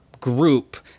group